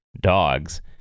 dogs